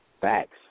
facts